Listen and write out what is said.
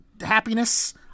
happiness